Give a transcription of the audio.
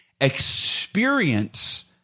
experience